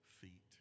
feet